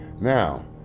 now